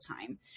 time